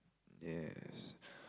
yes